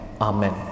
Amen